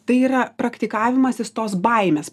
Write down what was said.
tai yra praktikavimasis tos baimės